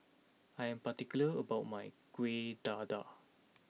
I am particular about my Kueh Dadar